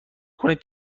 کنید